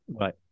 right